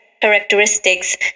characteristics